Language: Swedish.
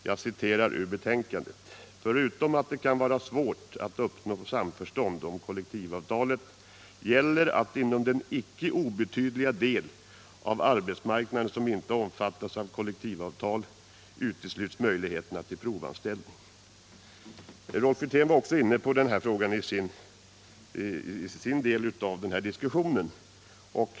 Jag citerar ur betänkandet: ”Förutom att det kan vara svårt att uppnå samförstånd om kollektivavtal gäller att inom den icke obetydliga del av arbetsmarknaden som inte omfattas av kollektivavtal utesluts möjligheten till provanställning.” Rolf Wirtén var också inne på den frågan i sin del av den här diskussionen.